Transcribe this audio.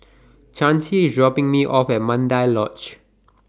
Chancy IS dropping Me off At Mandai Lodge